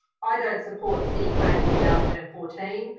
i don't support city plan two thousand and fourteen.